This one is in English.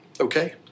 Okay